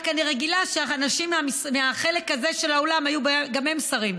רק אני רגילה שאנשים מהחלק הזה של האולם היו גם הם שרים,